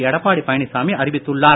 எடப்பாடி பழனிச்சாமி அறிவித்துள்ளார்